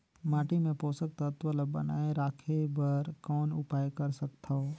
माटी मे पोषक तत्व ल बनाय राखे बर कौन उपाय कर सकथव?